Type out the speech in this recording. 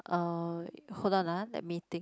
uh hold on ah let me think